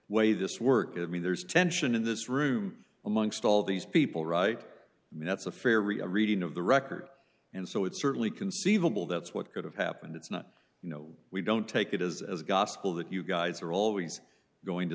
way this work i mean there's tension in this room amongst all these people right and that's a fair re a reading of the record and so it's certainly conceivable that's what could have happened it's not you know we don't take it as as gospel that you guys are always going to